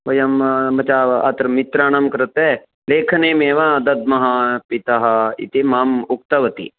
वयं मम अत्र मित्राणां कृते लेखनीमेव दद्मः पिता इति माम् उक्तवती